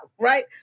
right